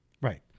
Right